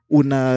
una